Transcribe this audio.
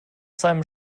seinem